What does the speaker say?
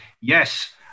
yes